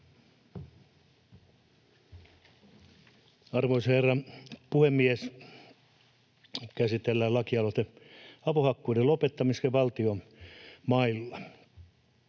Arvoisa herra puhemies! Nyt käsitellään lakialoite avohakkuiden lopettamiseksi valtion mailla.